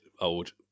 old